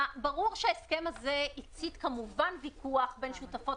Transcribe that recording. ברור שההסכם הזה הצית כמובן ויכוח בין שותפות